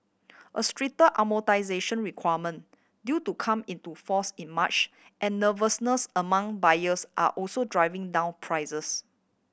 a stricter amortisation requirement due to come into force in March and nervousness among buyers are also driving down prices